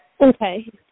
Okay